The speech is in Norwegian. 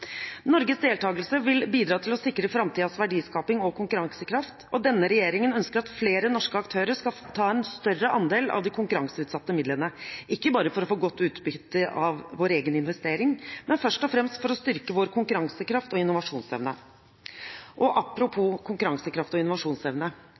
Norges deltakelse vil bidra til å sikre framtidens verdiskaping og konkurransekraft, og denne regjeringen ønsker at flere norske aktører skal ta en større andel av de konkurranseutsatte midlene – ikke bare for å få godt utbytte av vår egen investering, men først og fremst for å styrke vår konkurransekraft og innovasjonsevne. Og apropos konkurransekraft og innovasjonsevne: